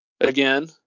again